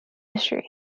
history